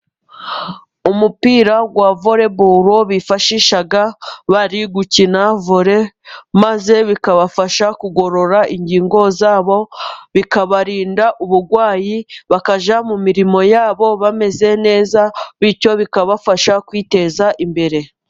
Umupira wa voreboro bifashisha bari gukina vore, maze bikabafasha kugorora ingingo zabo, bikabarinda uburwayi, bakajya mu mirimo yabo bameze neza, bityo bikabafasha kwiteza imbere.